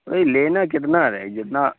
وہی لینا کتنا رہے جتنا